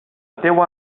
teua